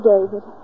David